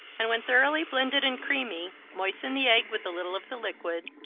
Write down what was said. and when thoroughly blended and creamy, moisten the egg with a little of the liquid,